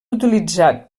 utilitzat